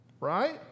right